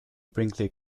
brinkley